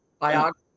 biography